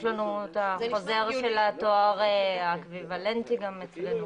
יש לנו את החוזר של התואר האקוויוולנטי אצלנו.